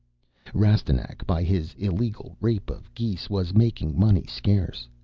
rastignac, by his illegal rape of geese, was making money scarce.